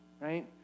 right